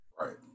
Right